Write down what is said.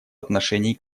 отношении